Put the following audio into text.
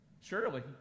Surely